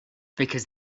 because